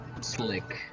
slick